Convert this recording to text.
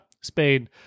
Spain